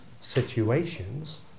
situations